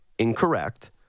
Incorrect